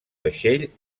vaixell